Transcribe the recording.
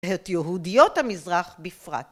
‫את יהודיות המזרח בפרט.